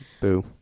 Boo